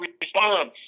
response